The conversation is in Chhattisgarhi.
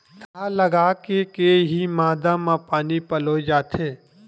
थरहा लगाके के ही मांदा म पानी पलोय जाथे